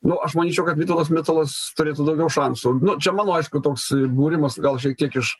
nu aš manyčiau kad vytautas mitalas turėtų daugiau šansų nu čia mano aišku toks būrimas gal šiek tiek iš